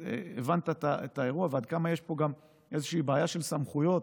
הבנת את האירוע ועד כמה יש פה בעיה של סמכויות